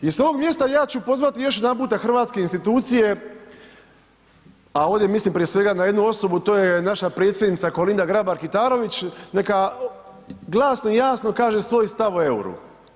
I s ovog mjesta ja ću pozvati još jedanputa hrvatske institucije, a ovdje mislim prije svega na jednu osobu to je naša predsjednica Kolinda Grabar Kitarović neka glasno i jasno kaže svoj stav o EUR-u.